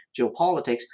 geopolitics